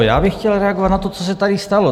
Já bych chtěl reagovat na to, co se tady stalo.